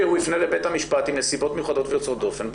הוא יפנה לבית המשפט עם נסיבות מיוחדות ויוצאות דופן,